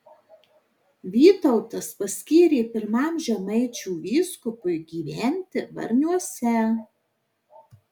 vytautas paskyrė pirmam žemaičių vyskupui gyventi varniuose